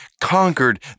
conquered